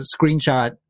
screenshot